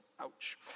Ouch